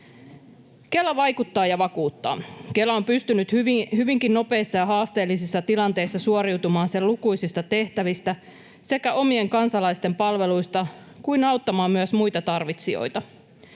Kela vaikuttaa ja vakuuttaa. Kela on pystynyt hyvinkin nopeissa ja haasteellisissa tilanteissa suoriutumaan sen lukuisista tehtävistä: sekä omien kansalaisten palveluista että myös muiden tarvitsijoiden